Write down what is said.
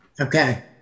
Okay